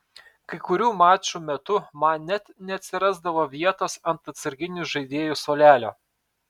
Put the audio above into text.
kai kurių mačų metu man net neatsirasdavo vietos ant atsarginių žaidėjų suolelio